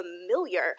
familiar